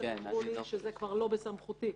יאמרו לי שזה כבר לא בסמכותי,